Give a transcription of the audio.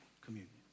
communion